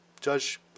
judge